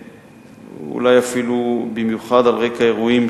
אולי אפילו במיוחד על רקע האירועים